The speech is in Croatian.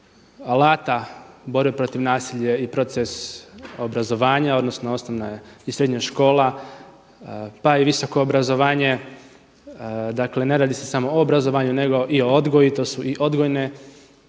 alata borbe protiv nasilja i proces obrazovanja, odnosno osnovna i srednja škola, pa i visoko obrazovanje. Dakle, ne radi se samo o obrazovanju, nego i o odgoju. To su i odgojne